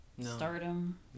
Stardom